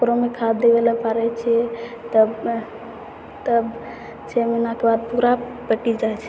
ओकरोमे खाद्य देबैले पड़ैत छै तब तब छओ महिनाके बाद पूरा पाकि जाइत छै